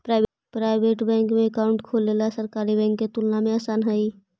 private bank में account खोलेला सरकारी बैंक के तुलना में आसान हइ